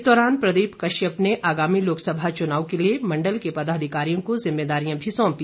इस दौरान प्रदीप कश्यप ने आगामी लोकसभा चुनाव के लिए मंडल के पदाधिकारियों को जिम्मेदारियां भी सौंपी